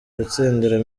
gutsindira